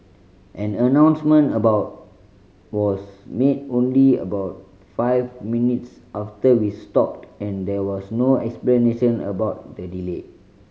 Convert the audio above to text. an announcement about was made only about five minutes after we stopped and there was no explanation about the delay